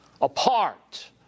apart